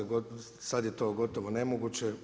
Sada je to gotovo nemoguće.